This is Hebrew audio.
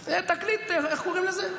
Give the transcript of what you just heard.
תקליט, איך קוראים לזה?